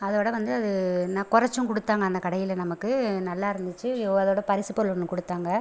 அதோடய வந்து அது நான் குறச்சும் குடுத்தாங்க அந்த கடையில் நமக்கு நல்லா இருந்துச்சு யோ அதோடய பரிசு பொருள் ஒன்று கொடுத்தாங்க